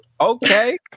okay